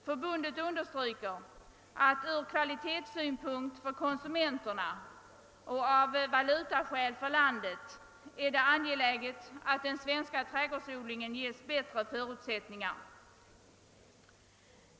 Förbundet understryker att från kvalitetssynpunkt för konsumenterna och av valutaskäl för landet är det angeläget att den svenska trädgårdsodlingen ges bättre förutsättningar.